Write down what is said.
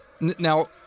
Now